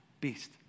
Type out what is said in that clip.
beast